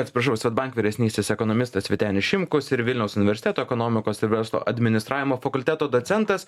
atsiprašau swedbank vyresnysis ekonomistas vytenis šimkus ir vilniaus universiteto ekonomikos ir verslo administravimo fakulteto docentas